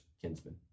kinsman